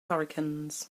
hurricanes